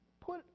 Put